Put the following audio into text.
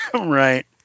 Right